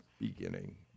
beginning